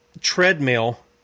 treadmill